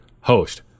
host